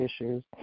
issues